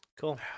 cool